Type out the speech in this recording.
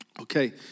Okay